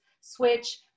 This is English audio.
switch